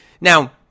Now